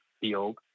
field